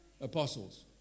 apostles